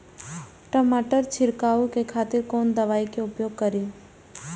टमाटर छीरकाउ के खातिर कोन दवाई के उपयोग करी?